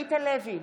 עמית הלוי,